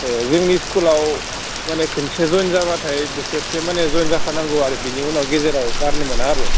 ए जोंनि स्खुलाव माने खनसे जयन जाबाथाय बोसोरसे माने जयन जाखानांगौ आरो बेनि उनाव गेजेराव गारनो मोना आरो